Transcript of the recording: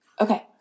Okay